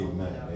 Amen